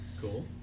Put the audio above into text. Cool